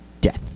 death